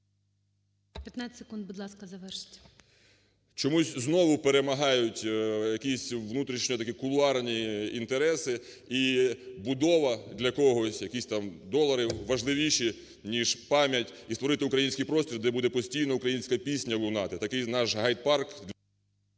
Чомусь знову перемагають якісь внутрішньо такі кулуарні інтереси. І будова для когось, якісь там долари, важливіші, ніж пам'ять. І створити український простір, де буде постійно українська пісня лунати, такий наш гай-парк…